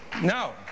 No